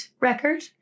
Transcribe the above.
record